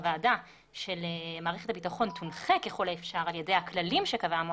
הוועדה של מערכת הביטחון 'תונחה ככל האפשר על ידי הכללים שקבעה המועצה,